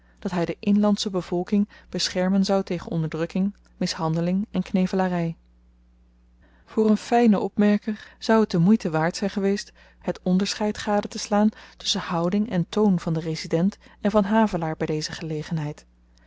dat hy de inlandsche bevolking beschermen zou tegen onderdrukking mishandeling en knevelarij voor een fynen opmerker zou t de moeite waard zyn geweest het onderscheid gadeteslaan tusschen houding en toon van den resident en van havelaar by deze gelegenheid